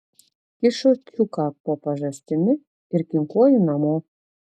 kišu čiuką po pažastimi ir kinkuoju namo